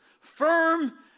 firm